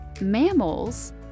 mammals